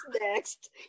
next